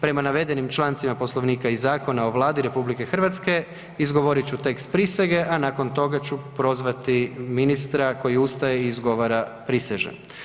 Prema navedenim člancima Poslovnika i Zakona o Vladi RH izgovorit ću tekst prisege, a nakon toga ću prozvati ministra koji ustaje i izgovara „Prisežem“